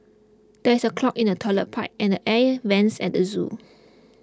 there is a clog in the Toilet Pipe and Air Vents at the zoo